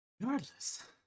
Regardless